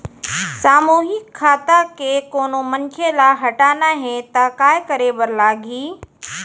सामूहिक खाता के कोनो मनखे ला हटाना हे ता काय करे बर लागही?